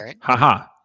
haha